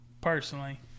personally